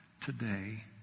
today